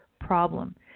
problem